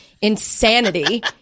insanity